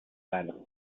silent